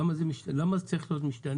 למה התעריף צריך להיות משתנה?